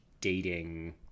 dating